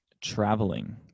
traveling